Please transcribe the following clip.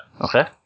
Okay